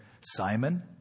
Simon